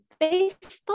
Facebook